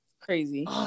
crazy